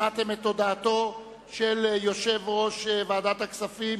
שמעתם את הודעתו של יושב-ראש ועדת הכספים